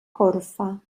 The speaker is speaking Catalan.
corfa